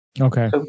Okay